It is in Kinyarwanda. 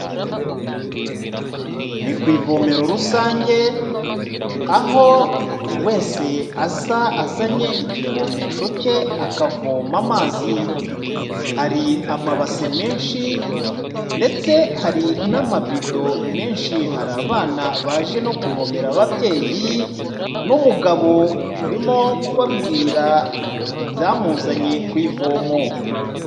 Ni ku ivomero rusange aho buri wese aza azanye ikivomesho ke akavoma amazi, hari amabase menshi ndetse hari n'amabido menshi, hari abana baje no kuvomera ababyeyi n'umugabo urimo kubabwira ibyamuzanye ku ivomo.